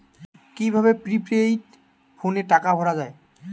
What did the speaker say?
কি ভাবে প্রিপেইড ফোনে টাকা ভরা হয়?